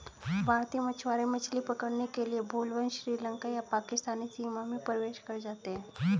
भारतीय मछुआरे मछली पकड़ने के लिए भूलवश श्रीलंका या पाकिस्तानी सीमा में प्रवेश कर जाते हैं